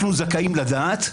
אנחנו זכאים לדעת,